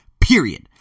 period